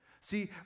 See